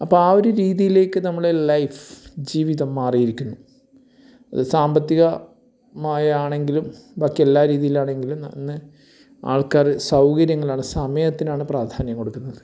അപ്പോൾ ആ ഒരു രീതിയിലേക്ക് നമ്മളെ ലൈഫ് ജീവിതം മാറിയിരിക്കുന്നു സാമ്പത്തിക മായ് ആണെങ്കിലും ബാക്കി എല്ലാ രീതിയിലാണെങ്കിലും ഇന്ന് ആൾക്കാർ സൗകര്യങ്ങളാണ് സമയത്തിനാണ് പ്രാധാന്യം കൊടുക്കുന്നത്